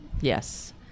yes